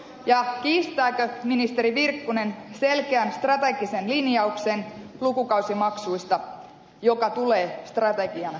ja kiistääkö ministeri virkkunen selkeän strategisen linjauksen lukukausimaksuista strategian joka tulee hallituksen piiristä